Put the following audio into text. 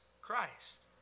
Christ